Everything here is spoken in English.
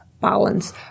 balance